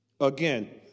Again